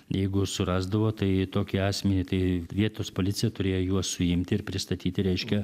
jeigu surasdavo tai tokį asmenį tai vietos policija turėjo juos suimti ir pristatyti reiškia